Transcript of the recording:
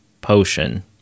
potion